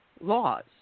laws